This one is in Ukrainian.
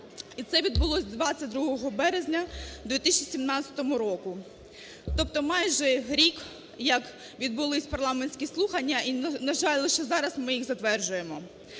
І це відбулося 22 березня 2017 року. Тобто майже рік як відбулися парламентські слухання і, на жаль, лише зараз ми їх затверджуємо.